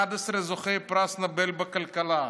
11 זוכי פרס נובל בכלכלה.